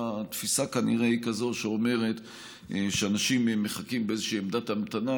התפיסה כנראה היא כזאת שאומרת שאנשים מחכים באיזושהי עמדת המתנה,